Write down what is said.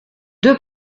deux